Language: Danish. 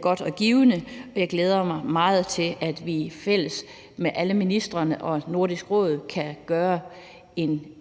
godt og givende, og jeg glæder mig meget til, at vi fælles med alle ministrene og Nordisk Råd kan gøre en større